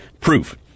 Proof